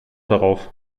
darauf